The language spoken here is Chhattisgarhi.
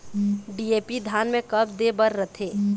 डी.ए.पी धान मे कब दे बर रथे?